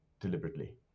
deliberately